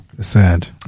Sad